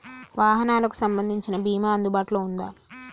వాహనాలకు సంబంధించిన బీమా అందుబాటులో ఉందా?